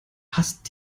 hast